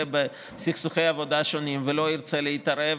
בסכסוכי עבודה שונים ולא ירצה להתערב,